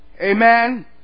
Amen